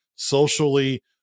socially